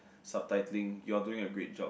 subtitling you are doing a great job